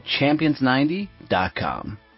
champions90.com